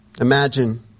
Imagine